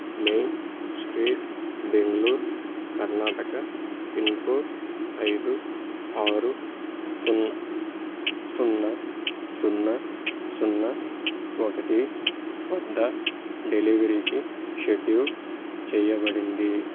main street Bengaluru Karnataka pin code ఐదు ఆరు సున్నా సున్నా సున్నా సున్నా ఒకటి వద్ద డెలివరీకి షెడ్యూల్ చేయబడింది